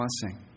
blessing